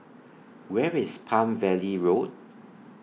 Where IS Palm Valley Road